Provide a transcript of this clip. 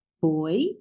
boy